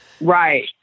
right